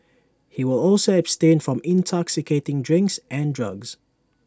he will also abstain from intoxicating drinks and drugs